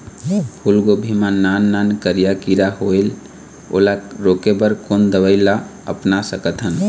फूलगोभी मा नान नान करिया किरा होयेल ओला रोके बर कोन दवई ला अपना सकथन?